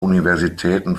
universitäten